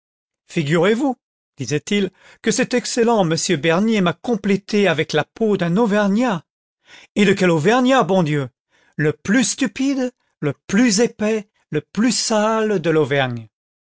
figurez-vous disait-il que cet excellent m bernier m'a complété avec la peau d'un auvergnat et de quel auvergnat bon dieu le plus stupide le plus épais le plus sale de l'auvergne